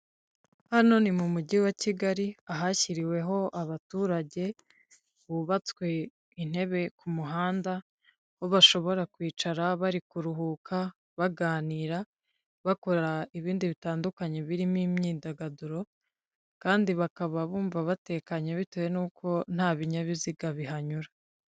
Hano ni mu mujyi wa kigali ahashyiriweho abaturage, hubatswe intebe ku muhanda aho bashobora kwicara bari kuruhuka baganira, bakora ibindi bitandukanye birimo imyidagaduro, kandi bakaba bumva batekanye bitewe n'uko nta binyabiziga bihanyura.